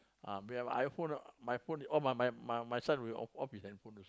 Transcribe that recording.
my phone my my my son will off his handphone